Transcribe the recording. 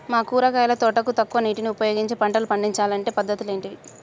మా కూరగాయల తోటకు తక్కువ నీటిని ఉపయోగించి పంటలు పండించాలే అంటే పద్ధతులు ఏంటివి?